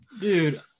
dude